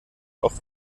auch